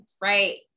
right